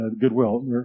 goodwill